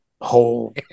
whole